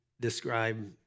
describe